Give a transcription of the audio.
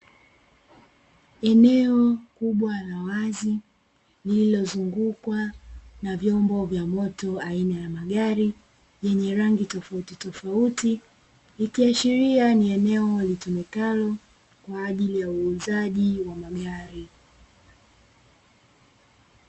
Eneo kubwa la wazi lililozungukwa na vyombo vya moto aina ya magari yenye rangi tofautitofauti, ikiashiria ni eneo litumikalo kwa ajili ya uuzaji wa magari.